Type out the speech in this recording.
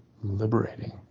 liberating